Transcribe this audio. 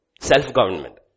Self-government